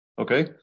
okay